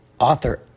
author